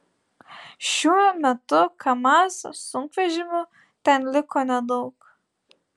šiuo metu kamaz sunkvežimių ten liko nedaug